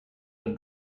own